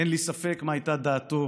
אין לי ספק מה הייתה דעתו